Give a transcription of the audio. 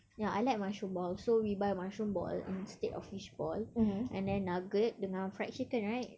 ya I like mushroom ball so we buy mushroom ball and instead of fishball and then nugget dengan fried chicken right